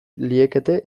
liekete